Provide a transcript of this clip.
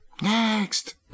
next